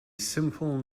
simple